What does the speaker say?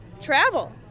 travel